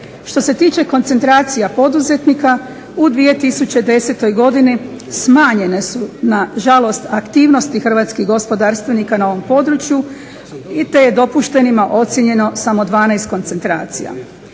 Što se tiče koncentracije poduzetnika u 2010.godini smanjene su nažalost aktivnosti hrvatskih gospodarstvenika na ovom području, te je dopuštenima ocijenjeno samo 12 koncentracija.